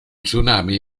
tsunami